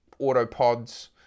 autopods